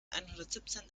einhundertsiebzehn